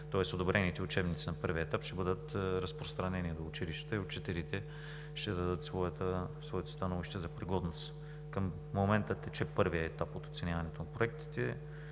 Тоест одобрените учебници на първия етап ще бъдат разпространени до училищата и учителите ще дадат своето становище за пригодност. Към момента тече първият етап от оценяването на проектите.